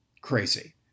Crazy